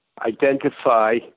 identify